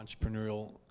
entrepreneurial